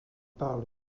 parle